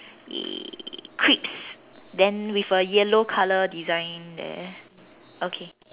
ya crisp then with a yellow colour design there okay